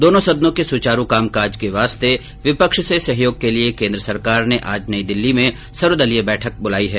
दोनों सदनों के सुचारू कामकाज के वास्ते विपक्ष से सहयोग के लिए केन्द्र सरकार ने आज नई दिल्ली में सर्वदलीय बैठक बुलाई है